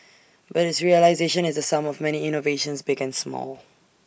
but its realisation is the sum of many innovations big and small